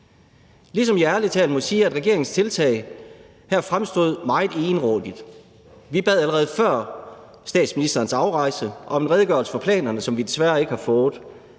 ligesom jeg ærlig talt må sige, at regeringens tiltag her fremstår meget egenrådigt. Vi bad allerede før statsministerens afrejse om en redegørelse for planerne, som vi desværre ikke har fået.